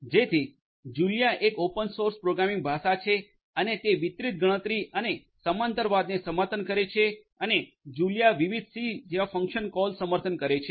જેથી જુલિયા એક open source programming ભાષા છે અને તે વિતરિત ગણતરી અને સમાંતરવાદને સમર્થન કરે છે અને જુલિયા વિવિધ સી જેવા ફંક્શન કોલ સમર્થન કરે છે